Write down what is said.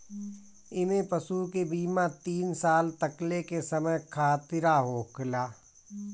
इमें पशु के बीमा तीन साल तकले के समय खातिरा होखेला